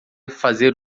fazer